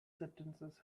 sentences